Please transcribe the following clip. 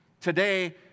Today